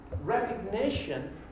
recognition